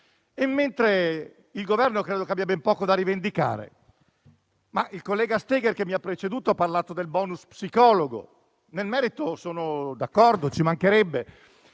mentre il Governo credo abbia ben poco da rivendicare. Il collega Steger, che mi ha preceduto, ha parlato del *bonus* psicologo. Nel merito sono d'accordo - ci mancherebbe